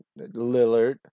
Lillard